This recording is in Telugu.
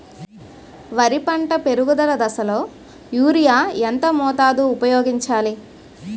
వరి పంట పెరుగుదల దశలో యూరియా ఎంత మోతాదు ఊపయోగించాలి?